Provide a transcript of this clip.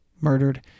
murdered